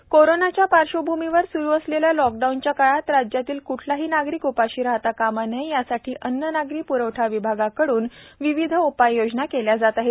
छगन भूजबळ कोरोनाच्या पार्श्वभूमीवर स्रु असलेल्या लॉकडाऊन काळात राज्यातील क्ठलाही नागरिक उपाशी राहता कामा नये यासाठी अन्न नागरी प्रवठा विभागाकड्रन विविध उपाययोजना केल्या जात आहेत